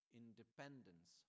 independence